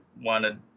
wanted